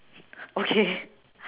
okay